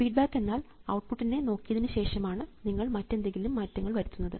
feedback എന്നാൽ output നെ നോക്കിയതിനുശേഷമാണ് നിങ്ങൾ മറ്റെന്തെങ്കിലും മാറ്റങ്ങൾ വരുത്തുന്നത്